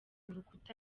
urukuta